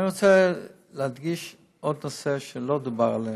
אני רוצה להדגיש עוד נושא שלא דובר עליו,